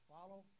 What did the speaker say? Follow